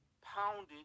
pounded